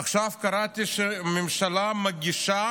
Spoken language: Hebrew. עכשיו קראתי שהממשלה מגישה